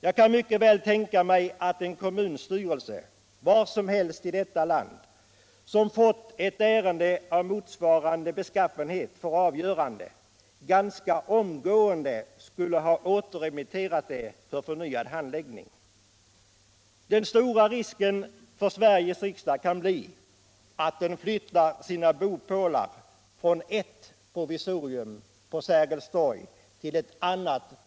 Jag kan mycket väl tänka mig att en kommunstyrelse — var som helst i detta land — som har fått ett ärende av motsvarande beskaffenhet för avgörande, ganska omgående skulle ha återremitterat det för förnyad handläggning. Den stora risken för Sveriges riksdag kan bli att den flyttar sina bopålar från ett provisorium ull ett annat.